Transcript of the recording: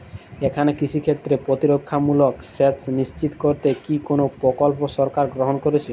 এখানে কৃষিক্ষেত্রে প্রতিরক্ষামূলক সেচ নিশ্চিত করতে কি কোনো প্রকল্প সরকার গ্রহন করেছে?